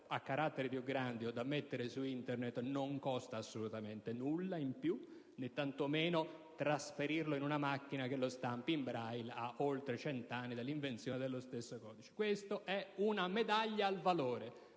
a caratteri più grandi o da mettere su Internet non costa assolutamente nulla in più, né tantomeno trasferirlo a una macchina che lo stampi in Braille, a oltre cento anni dall'invenzione di questo codice. Questa è una medaglia al valore.